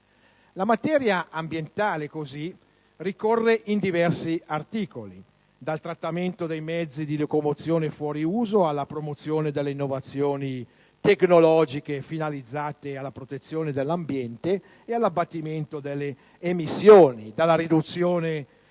La materia ambientale, così, ricorre in diversi articoli, dal trattamento dei mezzi di locomozione fuori uso alla promozione delle innovazioni tecnologiche finalizzate alla protezione dell'ambiente e all'abbattimento delle emissioni, dalla riduzione